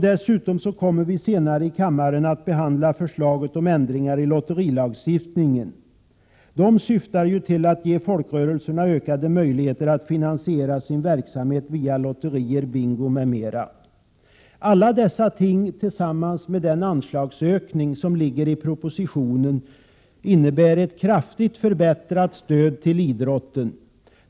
Dessutom kommer vi senare i kammaren att behandla förslaget om ändringar i lotterilagstiftningen. De syftar ju till att ge folkrörelserna ökade möjligheter att finansiera sin verksamhet via lotterier, bingo m.m. Alla dessa ting tillsammans med den anslagsökning som ligger i propositionen innebär ett kraftigt förbättrat stöd till idrotten.